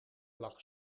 lag